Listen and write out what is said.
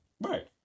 Right